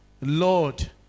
Lord